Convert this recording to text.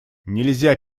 нельзя